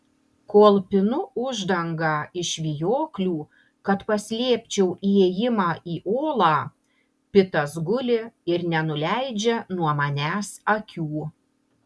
kol pinu uždangą iš vijoklių kad paslėpčiau įėjimą į olą pitas guli ir nenuleidžia nuo manęs akių